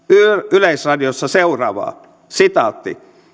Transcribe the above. yleisradiossa seuraavaa